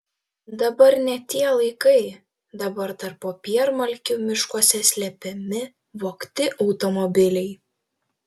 dabar ne tie laikai dabar tarp popiermalkių miškuose slepiami vogti automobiliai